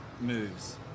moves